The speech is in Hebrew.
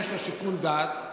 יש לו שיקול דעת,